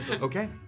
Okay